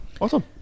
Awesome